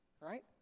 right